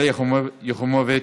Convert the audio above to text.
שלי יחימוביץ,